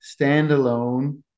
standalone